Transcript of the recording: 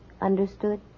Understood